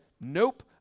nope